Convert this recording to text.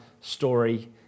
story